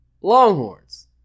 longhorns